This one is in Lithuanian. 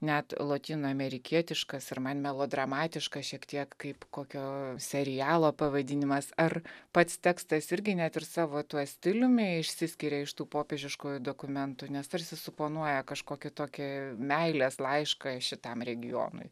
net lotynų amerikietiškas ir man melodramatiška šiek tiek kaip kokio serialo pavadinimas ar pats tekstas irgi net ir savo tuo stiliumi išsiskiria iš tų popiežiškųjų dokumentų nes tarsi suponuoja kažkokį tokį meilės laišką šitam regionui